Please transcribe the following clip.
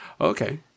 Okay